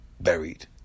buried